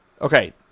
Okay